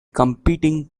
competing